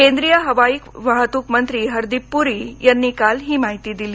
केंद्रीय हवाई वाहतूक मंत्री हरदीप पुरी यांनी काल ही माहिती दिली